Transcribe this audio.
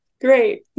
great